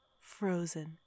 frozen